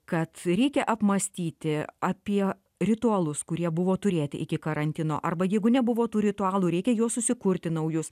kad reikia apmąstyti apie ritualus kurie buvo turėti iki karantino arba jeigu nebuvo tų ritualų reikia juos susikurti naujus